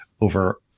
over